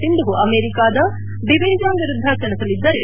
ಸಿಂಧು ಅವರು ಅಮೆರಿಕಾದ Beiwen Zhang ವಿರುದ್ದ ಸೆಣಸಲಿದ್ದಾರೆ